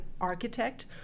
architect